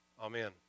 amen